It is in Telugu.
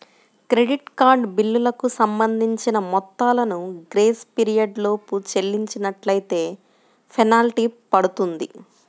క్రెడిట్ కార్డు బిల్లులకు సంబంధించిన మొత్తాలను గ్రేస్ పీరియడ్ లోపు చెల్లించనట్లైతే ఫెనాల్టీ పడుతుంది